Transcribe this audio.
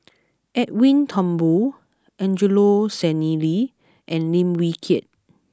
Edwin Thumboo Angelo Sanelli and Lim Wee Kiak